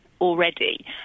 already